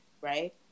right